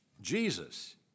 Jesus